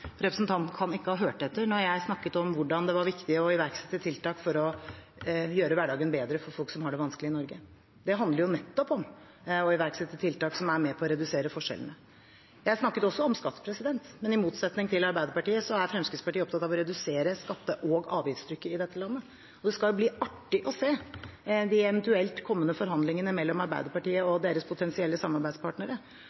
Representanten kan ikke ha hørt etter da jeg snakket om hvordan det var viktig å iverksette tiltak for å gjøre hverdagen bedre for folk som har det vanskelig i Norge. Det handler nettopp om å iverksette tiltak som er med på å redusere forskjellene. Jeg snakket også om skatt, men i motsetning til Arbeiderpartiet er Fremskrittspartiet opptatt av å redusere skatte- og avgiftstrykket i dette landet. Det skal bli artig å se de eventuelt kommende forhandlingene mellom Arbeiderpartiet og